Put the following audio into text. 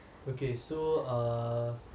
okay so err